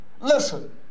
Listen